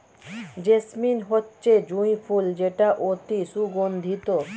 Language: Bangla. জেসমিন হচ্ছে জুঁই ফুল যেটা অতি সুগন্ধিত